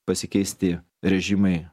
pasikeisti režimai